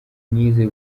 nize